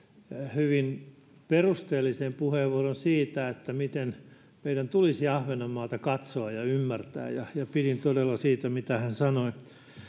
hyvin perusteellisen puheenvuoron siitä miten meidän tulisi ahvenanmaata katsoa ja ymmärtää ja ja pidin todella siitä mitä hän sanoi